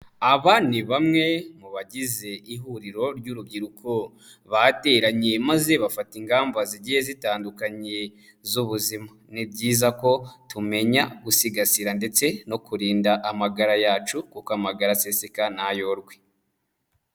Aba ni bamwe mu bagize ihuriro ry'urubyiruko, bateranye maze bafata ingamba zigiye zitandukanye z'ubuzima, ni byiza ko tumenya gusigasira ndetse no kurinda amagara yacu kuko amagara aseseka ntayorwe.